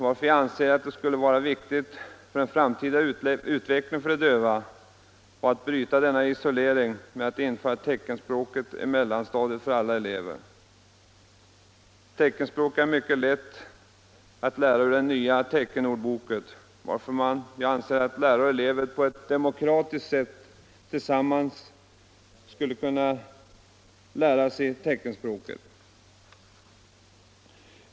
Jag anser därför att det skulle vara viktigt för den framtida utvecklingen för de döva, för att bryta deras isolering, att införa teckenspråket i mellanstadiet för alla elever. Teckenspråket är mycket lätt att lära efter den nya teckenordboken, varför jag anser att lärare och elever på ett demokratiskt sätt tillsammans skulle kunna lära sig teckenspråket.